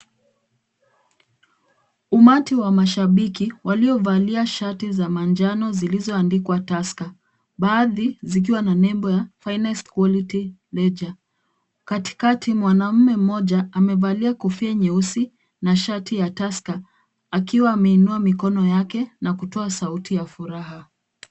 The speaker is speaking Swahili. Umati wa mashabiki waliovalia shati za manjano zilizoandikwa Tusker. Baadhi zikiwa na nembo ya Finest Quality Lega. Katikati mwanaume mmoja amevalia kofia nyeusi na shati ya Tusker akiwa ameinua mikono yake na kutoa sauti ya furaha.